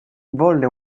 volle